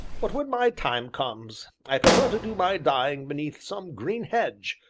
but when my time comes, i prefer to do my dying beneath some green hedge,